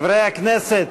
חברי הכנסת,